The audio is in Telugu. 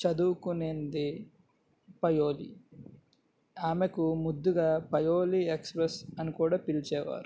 చదువుకున్నది పయోలీ ఆమెకు ముద్దుగా పయోలీ ఎక్స్ప్రెస్ అని కూడా పిలిచేవారు